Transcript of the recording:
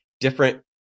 different